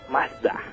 Mazda